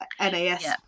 NAS